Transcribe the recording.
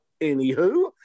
anywho